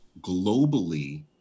globally